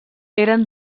eren